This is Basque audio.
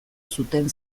zuten